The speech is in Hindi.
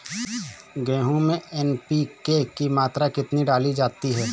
गेहूँ में एन.पी.के की मात्रा कितनी डाली जाती है?